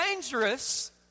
dangerous